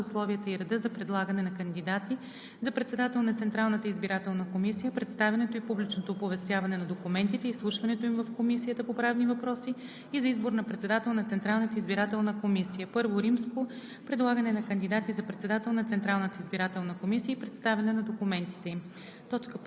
и чл. 93 от Правилника за организацията и дейността на Народното събрание РЕШИ: Приема Процедурни правила за условията и реда за предлагане на кандидати за председател на Централната избирателна комисия, представянето и публичното оповестяване на документите, изслушването им в Комисията по правни въпроси и за избор на председател на Централната избирателна комисия. І.